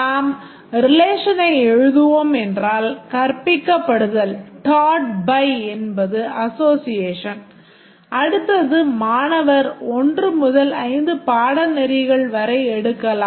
நாம் ரிலேஷனை எழுதுவோம் என்றால் கற்பிக்கப்படுதல் taught by என்பது association அடுத்தது மாணவர் 1 முதல் 5 பாடநெறிகள் வரை எடுக்கலாம்